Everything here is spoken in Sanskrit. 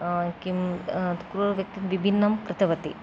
किं क्रूरव्यक्तिं विभिन्नं कृतवति